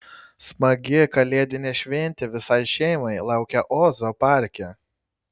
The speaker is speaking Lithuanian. smagi kalėdinė šventė visai šeimai laukia ozo parke